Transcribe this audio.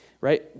Right